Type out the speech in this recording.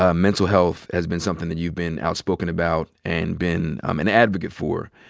ah mental health has been somethin' that you've been outspoken about, and been an advocate for.